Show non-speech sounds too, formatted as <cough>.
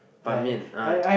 Ban-Mian <noise>